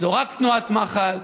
זו רק תנועת מח"ל.